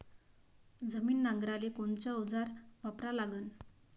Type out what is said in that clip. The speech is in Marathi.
जमीन नांगराले कोनचं अवजार वापरा लागन?